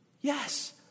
Yes